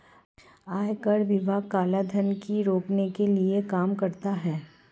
आयकर विभाग काला धन को रोकने के लिए काम करता है